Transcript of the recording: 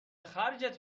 خرجت